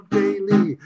daily